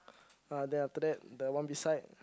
uh then after that the one beside